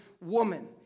woman